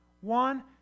One